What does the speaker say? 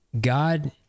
God